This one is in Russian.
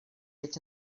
эти